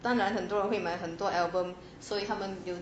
当然很多人会买很多 album 所以他们有